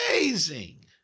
Amazing